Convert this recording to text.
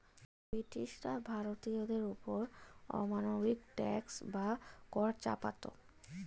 ব্রিটিশরা ভারতীয়দের ওপর অমানবিক ট্যাক্স বা কর চাপাতো